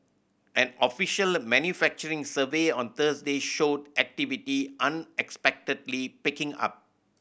an official manufacturing survey on Thursday showed activity unexpectedly picking up